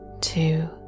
two